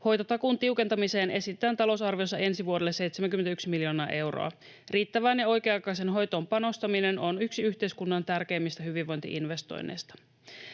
Hoitotakuun tiukentamiseen esitetään talousarviossa ensi vuodelle 71 miljoonaa euroa. Riittävään ja oikea-aikaiseen hoitoon panostaminen on yksi yhteiskunnan tärkeimmistä hyvinvointi-investoinneista.